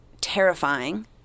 terrifying